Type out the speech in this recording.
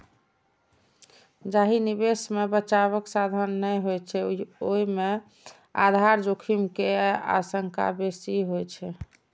जाहि निवेश मे बचावक साधन नै होइ छै, ओय मे आधार जोखिम के आशंका बेसी होइ छै